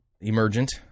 emergent